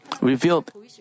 revealed